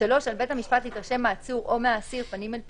(3)על בית המשפט להתרשם מהעצור או מהאסיר פנים אל פנים,